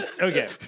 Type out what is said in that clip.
Okay